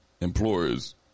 employers